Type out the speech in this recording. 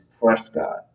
Prescott